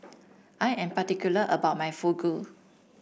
I am particular about my Fugu